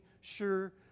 sure